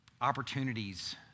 opportunities